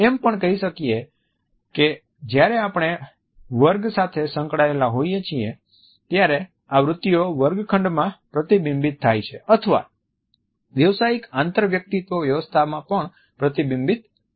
એમ પણ કહી શકીએ છીએ કે જ્યારે આપણે વર્ગ સાથે સંકળાયેલા હોઈએ છીએ ત્યારે આ વૃત્તિઓ વર્ગખંડમાં પ્રતિબિંબિત થાય છે અથવા વ્યવસાયિક આંતરવ્યક્તિત્વ વ્યવસ્થામાં પણ પ્રતિબિંબિત થાય છે